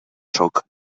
sóc